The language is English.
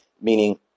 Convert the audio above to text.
Meaning